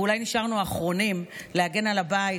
ואולי נשארנו האחרונים להגן על הבית,